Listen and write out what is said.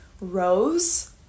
rose